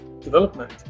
development